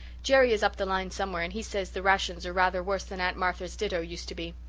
jerry is up the line somewhere and he says the rations are rather worse than aunt martha's ditto used to be.